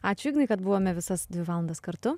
ačiū ignai kad buvome visas dvi valandas kartu